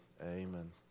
Amen